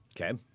Okay